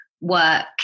work